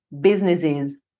businesses